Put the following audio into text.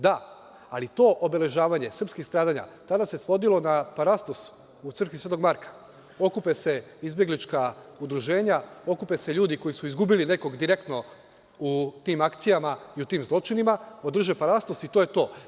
Da, ali to obeležavanje srpskih stradanja tada se svodilo na parastos u crkvi Svetog Marka, okupe se izbeglička udruženja, okupe se ljudi koji su izgubili nekog direktno u tim akcijama i u tim zločinima, održe parastos i to je to.